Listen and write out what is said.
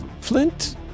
Flint